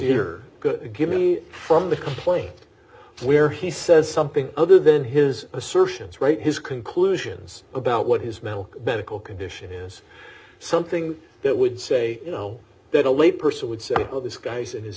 good give me from the complaint where he says something other than his assertions write his conclusions about what his mental medical condition is something that would say you know that a layperson would sample this guy's in his